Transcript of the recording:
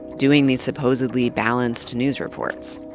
doing these supposedly balanced news reports.